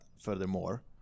furthermore